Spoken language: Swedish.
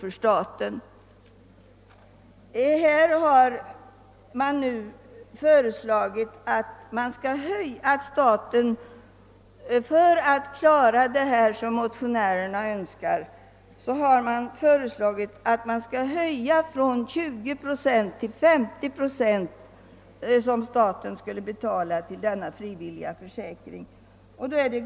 För att klara av den här försäkringsformen i enlighet med motionärernas önskemål bör försäkringskassorna få 50 procent av utgifterna i form av statsbidrag i stället för som tidigare 20 procent.